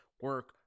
Work